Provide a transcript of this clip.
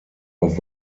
auf